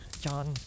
John